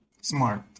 smart